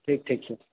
ठीक ठीक छै